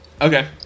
okay